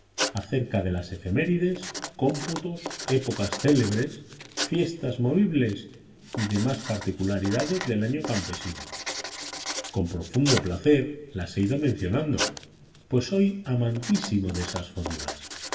acerca de las efemérides cómputos épocas célebres fiestas movibles y demás particularidades del año campesino con profundo placer las he ido mencionando pues soy amantísimo de esas fórmulas